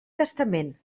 testament